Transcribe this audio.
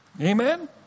Amen